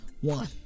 One